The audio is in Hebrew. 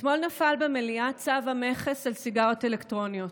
אתמול נפל במליאה צו המכס על סיגריות אלקטרוניות.